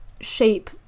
shape